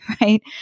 right